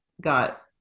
got